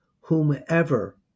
whomever